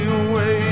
away